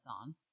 on